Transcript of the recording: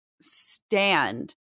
stand